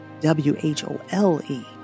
W-H-O-L-E